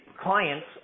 clients